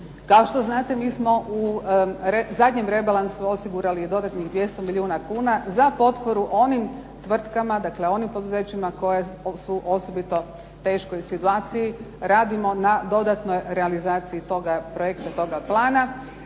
Kao što znate, mi smo u zadnjem rebalansu osigurali dodatnih 200 milijuna kuna za potporu onim tvrtkama, dakle onim poduzećima koja su u osobito teškoj situaciji, radimo na dodatnoj realizaciji toga projekta, toga plana.